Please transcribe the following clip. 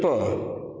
ଟିପ